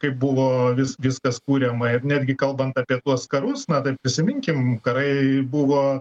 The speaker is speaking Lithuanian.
kaip buvo vis viskas kuriama ir netgi kalbant apie tuos karus na tai prisiminkim karai buvo